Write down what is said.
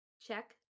Check